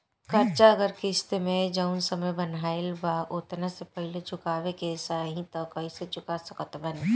कर्जा अगर किश्त मे जऊन समय बनहाएल बा ओतना से पहिले चुकावे के चाहीं त कइसे चुका सकत बानी?